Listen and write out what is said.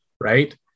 Right